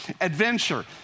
adventure